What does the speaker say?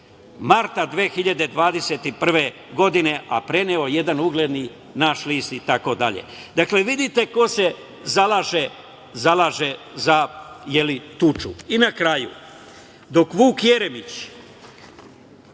marta 2021. godine, a preneo jedan ugledni naš list. Dakle, vidite ko se zalaže za tuču. Na kraju, dok Vuk Jeremić,